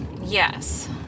Yes